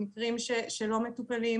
מקרים שלא מטופלים